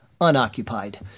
unoccupied